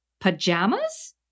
pajamas